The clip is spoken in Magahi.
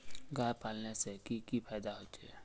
गाय पालने से की की फायदा होचे?